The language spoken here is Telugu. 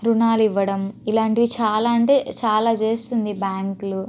రుణాలు ఇవ్వడం ఇలాంటివి చాలా అంటే చాలా చేస్తుంది బ్యాంక్లు